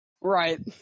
Right